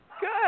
Good